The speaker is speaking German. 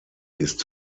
ist